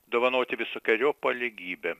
dovanoti visokeriopą lygybę